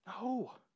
No